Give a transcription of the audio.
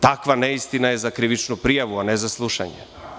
Takva neistina je za krivičnu prijavu, a ne za slušanje.